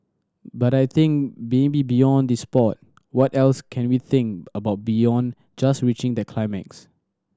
but I think maybe beyond the sport what else can we think about beyond just reaching the climax